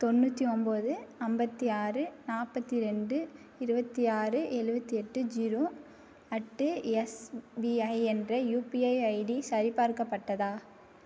தொண்ணூற்றி ஒம்போது ஐம்பத்தி ஆறு நாற்பத்தி ரெண்டு இருபத்தி ஆறு எழுபத்தி எட்டு ஜீரோ அட் எஸ்பிஐ என்ற யூபிஐ ஐடி சரிபார்க்கப்பட்டதா